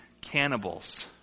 cannibals